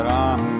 Ram